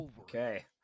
Okay